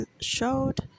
showed